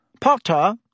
Potter